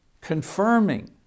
confirming